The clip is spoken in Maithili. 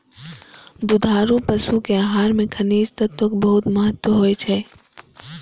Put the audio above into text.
दुधारू पशुक आहार मे खनिज तत्वक बहुत महत्व होइ छै